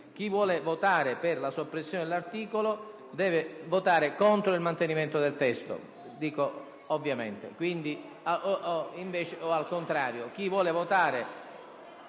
chi vuole votare per la soppressione dell'articolo deve votare contro il mantenimento del testo e viceversa. Passiamo